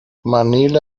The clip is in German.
manila